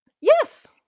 Yes